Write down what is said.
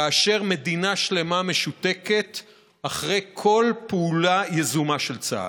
כאשר מדינה שלמה משותקת אחרי כל פעולה יזומה של צה"ל.